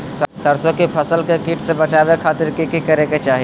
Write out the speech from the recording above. सरसों की फसल के कीट से बचावे खातिर की करे के चाही?